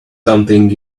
something